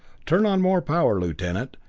turn on more power, lieutenant,